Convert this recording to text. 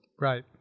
right